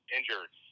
injured